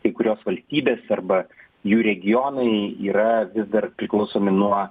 kai kurios valstybės arba jų regionai yra vis dar priklausomi nuo